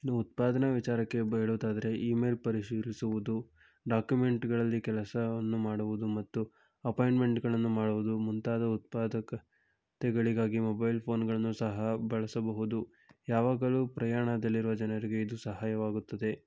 ಇನ್ನು ಉತ್ಪಾದನಾ ವಿಚಾರಕ್ಕೆ ಬರುವುದಾದರೆ ಇಮೇಲ್ ಪರಿಶೀಲಿಸುವುದು ಡಾಕ್ಯುಮೆಂಟ್ಗಳಲ್ಲಿ ಕೆಲಸವನ್ನು ಮಾಡುವುದು ಮತ್ತು ಅಪಾಯಿಂಟ್ಮೆಂಟ್ಗಳನ್ನು ಮಾಡುವುದು ಮುಂತಾದ ಉತ್ಪಾದಕತೆಗಳಿಗಾಗಿ ಮೊಬೈಲ್ ಫೋನ್ಗಳನ್ನು ಸಹ ಬಳಸಬಹುದು ಯಾವಾಗಲೂ ಪ್ರಯಾಣದಲ್ಲಿರುವ ಜನರಿಗೆ ಇದು ಸಹಾಯವಾಗುತ್ತದೆ